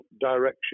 direction